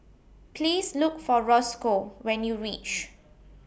Please Look For Roscoe when YOU REACH